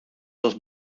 was